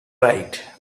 right